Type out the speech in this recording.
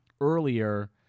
earlier